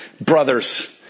Brothers